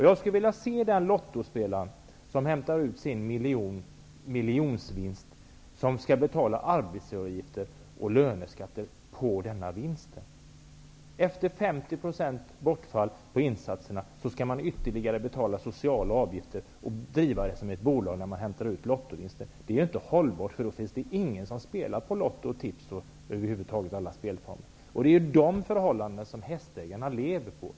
Jag skulle vilja se den Lottospelare som hämtar ut sin miljonvinst betala arbetsgivaravgifter och löneskatter på vinsten. Efter ett 50-procentigt bortfall på insatserna skall man betala också sociala avgifter. Lottoverksamheten skall betraktas som ett bolag när man hämtar ut vinsten. Det håller inte. Det kommer inte att finnas någon som spelar på t.ex. Lotto och Tipset. Det är sådana förhållanden som gäller för hästägarna.